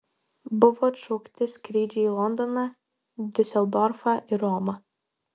buvo atšaukti skrydžiai į londoną diuseldorfą ir romą